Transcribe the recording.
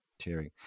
cheering